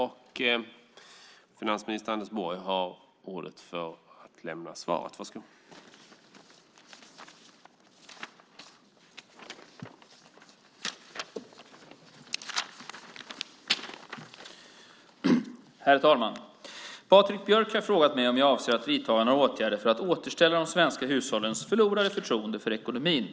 Herr talman! Patrik Björck har frågat mig om jag avser att vidta några åtgärder för att återställa de svenska hushållens förlorade förtroende för ekonomin.